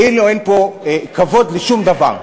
כאילו אין פה כבוד לשום דבר.